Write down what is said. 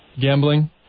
gambling